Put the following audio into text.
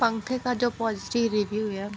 पंखे का जो पाज़िटी रिव्यू है